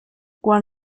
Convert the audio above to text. quan